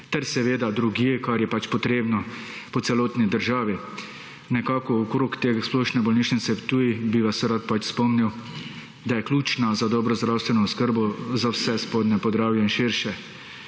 ter seveda drugje, kar je pač potrebno, po celotni državi. Nekako okrog te Splošne bolnišnice Ptuj bi vas rad pač spomnil, da je ključna za dobro zdravstveno oskrbo za vse Spodnje Podravje in **23.